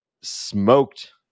smoked